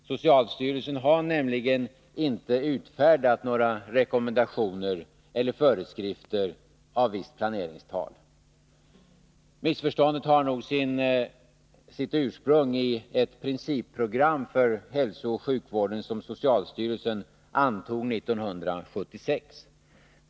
Socialstyrelsen har nämligen inte utfärdat några rekommendationer eller föreskrifter av visst planeringstal. Missförståndet har nog sitt ursprung i ett principprogram för hälsooch sjukvården som socialstyrelsen gav ut 1976.